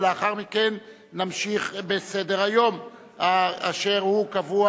ולאחר מכן נמשיך בסדר-היום שקבוע